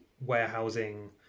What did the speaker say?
warehousing